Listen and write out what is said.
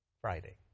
Friday